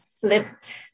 flipped